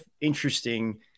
interesting